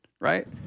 right